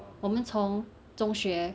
我们从中学